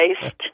based